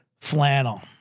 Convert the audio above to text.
Flannel